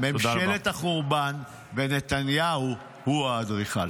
ממשלת החורבן, ונתניהו הוא האדריכל.